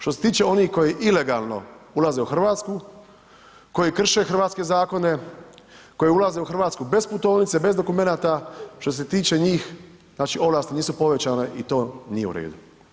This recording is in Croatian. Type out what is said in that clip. Što se tiče onih koji ilegalno ulaze u Hrvatsku, koji krše hrvatske zakone, koji ulaze u Hrvatsku bez putovnice, bez dokumenta, što se tiče njih, znači ovlasti nisu povećane i to nije u redu.